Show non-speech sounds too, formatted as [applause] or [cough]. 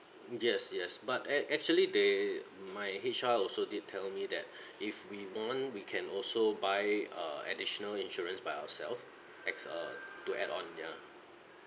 yes yes but ac~ actually they my H_R also did tell me that [breath] if we want we can also buy uh additional insurance by ourselves as uh to add on ya